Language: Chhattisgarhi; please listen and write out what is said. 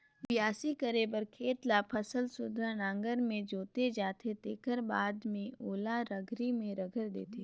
बियासी करे बर खेत ल फसल सुद्धा नांगर में जोते जाथे तेखर बाद में ओला रघरी में रघर देथे